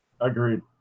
Agreed